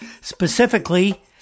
specifically